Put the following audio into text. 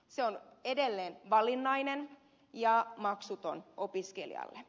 se on edelleen valinnainen ja maksuton opiskelijalle